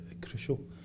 crucial